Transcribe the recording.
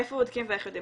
איפה בודקים ואיך יודעים?